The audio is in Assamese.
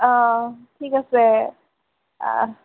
অঁ ঠিক আছে